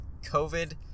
COVID